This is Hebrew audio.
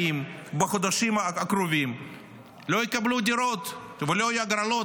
ובחודשים הקרובים הזכאים לא יקבלו דירות ולא יהיו הגרלות.